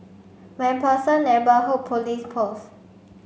MacPherson Neighbourhood Police Post